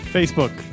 Facebook